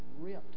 Ripped